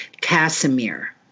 Casimir